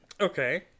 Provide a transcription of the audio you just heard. okay